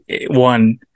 one